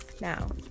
Now